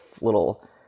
little